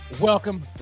welcome